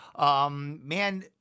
man